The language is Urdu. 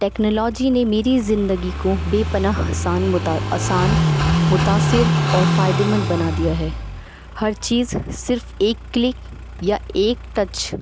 ٹیکنالوجی نے میری زندگی کو بے پنسانتا آسان متاثر اور فائدے مند بنا دیا ہے ہر چیز صرف ایک کلک یا ایک ٹچ